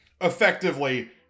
Effectively